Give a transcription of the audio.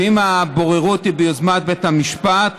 ואם הבוררות היא ביוזמת בית המשפט,